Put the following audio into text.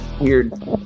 weird